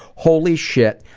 holy shit,